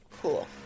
Cool